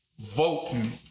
voting